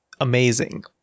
amazing